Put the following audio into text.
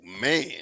man